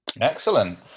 excellent